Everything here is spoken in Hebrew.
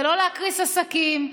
זה לא להקריס אנשים,